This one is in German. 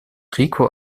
rico